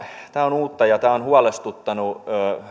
tämä on uutta ja tämä on huolestuttanut